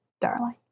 darling